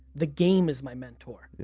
the game is my mentor. yeah